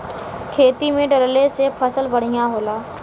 खेती में डलले से फसल बढ़िया होला